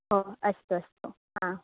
ओ अस्तु अस्तु हा